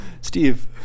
steve